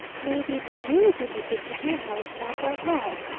maybe it would really do me good to hear how it sounds out loud.